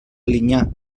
alinyà